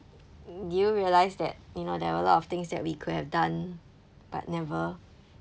do you realise that you know there were a lot of things that we could have done but never